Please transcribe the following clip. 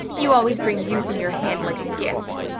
you always bring youth in your hand like a gift.